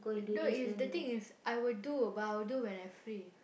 no it's the thing is I would do but I would do when I free